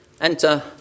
Enter